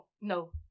no